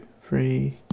three